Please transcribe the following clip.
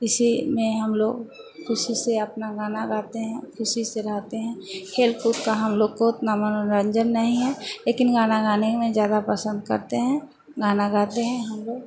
इसी में हमलोग ख़ुशी से अपना गाना गाते हैं ख़ुशी से रहते हैं खेल कूद का हम लोग को उतना मनोरंजन नहीं है लेकिन गाना गाने में ज़्यादा पसंद करते हैं गाना गाते हैं हम लोग